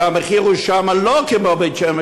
שהמחיר שם הוא לא כמו בבית-שמש,